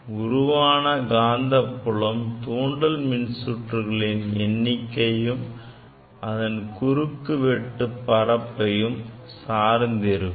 உருவான காந்தப்புலம் தூண்டல் மின்சுற்றுகளின் எண்ணிக்கையையும் அதன் குறுக்குவெட்டு பரப்பையும் சார்ந்திருக்கும்